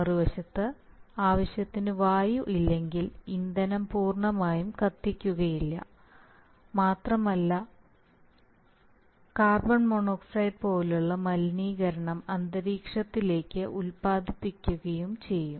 മറുവശത്ത് ആവശ്യത്തിന് വായു ഇല്ലെങ്കിൽ ഇന്ധനം പൂർണ്ണമായും കത്തിക്കില്ല മാത്രമല്ല കാർബൺ മോണോക്സൈഡ് പോലുള്ള മലിനീകരണം അന്തരീക്ഷത്തിലേക്ക് ഉത്പാദിപ്പിക്കുകയും ചെയ്യും